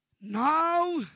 Now